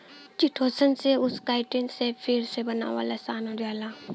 chitosan से उस chitin के फिर से बनावल आसान हो जाला